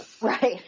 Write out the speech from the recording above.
Right